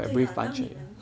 对呀当你人